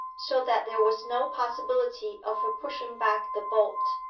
so that there was no possibility of her pushing back the bolt.